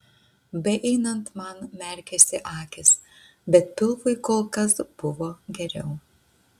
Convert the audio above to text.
beeinant man merkėsi akys bet pilvui kol kas buvo geriau